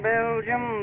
Belgium